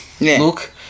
look